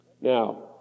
Now